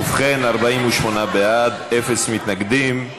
ובכן, 48 בעד, אין מתנגדים,